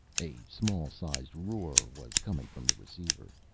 a small-sized roar was coming from the receiver.